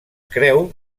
creu